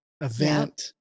event